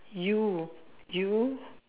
U U